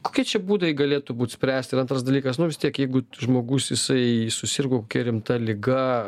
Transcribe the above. kokie čia būdai galėtų būt spręst ir antras dalykas nu vis tiek jeigu žmogus jisai susirgo kokia rimta liga